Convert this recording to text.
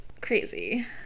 crazy